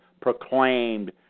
proclaimed